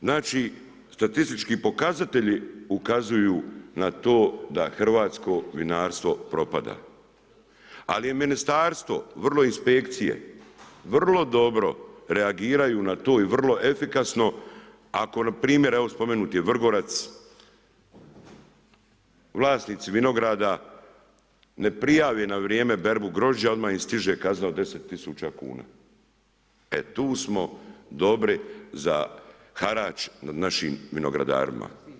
Znači statistički pokazatelji ukazuju na to da hrvatsko vinarstvo propada, ali je ministarstvo vrlo inspekcije, vrlo dobro reagiraju na to i vrlo efikasno, ako npr. evo spomenut je Vrgorac, vlasnici vinograda, ne prijave na vrijeme berbu grožđa odmah im stiže kazna od 10 000 kuna, e tu smo dobri za harač nad našim vinogradarima.